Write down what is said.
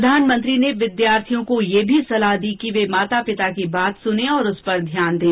प्रधानमंत्री ने विद्यार्थियों को यह भी सलाह दी कि वे माता पिता की बात सुने और उस पर ध्यान दें